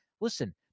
listen